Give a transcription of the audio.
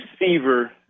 receiver